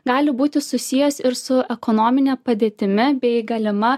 gali būti susijęs ir su ekonomine padėtimi bei galima